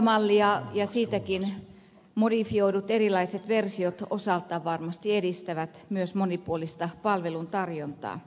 kuntamalli ja siitäkin modifioidut erilaiset versiot osaltaan varmasti edistävät myös monipuolista palveluntarjontaa